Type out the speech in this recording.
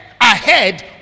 ahead